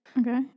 Okay